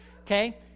Okay